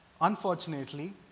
unfortunately